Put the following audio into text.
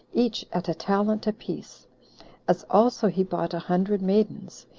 each at a talent apiece as also he bought a hundred maidens,